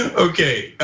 ah okay,